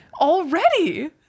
already